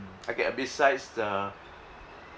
mm okay besides the